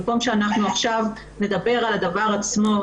במקום שנדבר על הדבר עצמו,